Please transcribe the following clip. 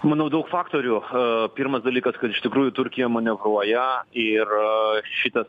manau daug faktorių a pirmas dalykas kad iš tikrųjų turkija manevruoja ir šitas